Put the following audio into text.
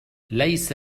ليس